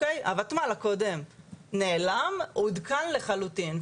הותמ"ל הקודם נעלם, עודכן לחלוטין.